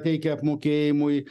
teikia apmokėjimui